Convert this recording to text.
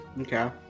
Okay